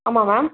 ஆமாம் மேம்